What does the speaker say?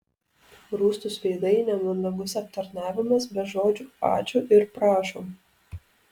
rūstūs veidai nemandagus aptarnavimas be žodžių ačiū ir prašom